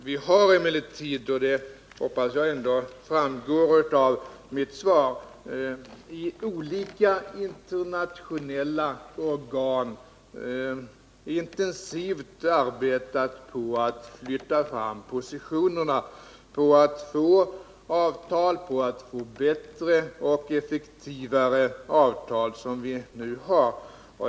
Vi har emellertid, det hoppas jag ändå framgår av mitt svar, i olika internationella organ intensivt arbetat på att flytta fram positionerna, på att få avtal och på att få bättre och effektivare avtal än dem som vi nu har.